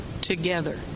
together